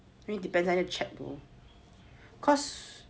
depends I need check though